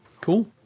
cool